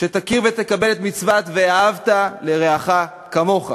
שתכיר ותקבל את מצוות "ואהבת לרעך כמוך".